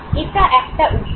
এটা একটা উপায়